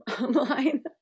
online